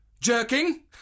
Jerking